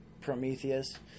Prometheus